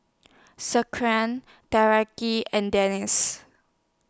and Deris